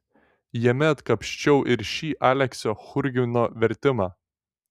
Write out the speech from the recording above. jame atkapsčiau ir šį aleksio churgino vertimą